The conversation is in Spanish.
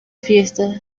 fiesta